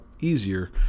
easier